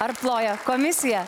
ar ploja komisija